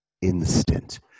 instant